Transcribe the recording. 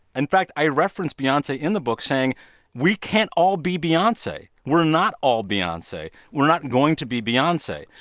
in fact, i reference beyonce in the book, saying we can't all be beyonce. we're not all beyonce. we're not going to be beyonce,